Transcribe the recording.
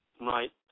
Right